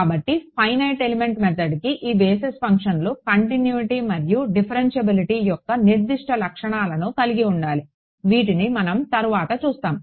కాబట్టి finite element method కి ఈ బేసిస్ ఫంక్షన్లు కంటిన్యుయిటి మరియు డిఫ్ఫరెన్షియబిలిటీ యొక్క నిర్దిష్ట లక్షణాలను కలిగి ఉండాలి వీటిని మనం తరువాత చూస్తాము